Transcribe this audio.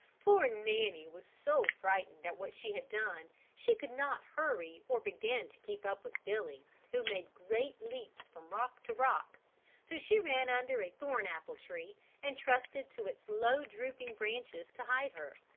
poor nanny was so frightened at what she had done, she could not hurry or begin to keep up with billy, who made great leaps from rock to rock so she ran under a thorn-apple tree and trusted to its low drooping branches to hide her.